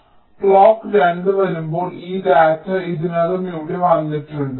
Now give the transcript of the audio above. അതിനാൽ ക്ലോക്ക് 2 വരുമ്പോൾ ഈ ഡാറ്റ ഇതിനകം ഇവിടെ വന്നിട്ടുണ്ട്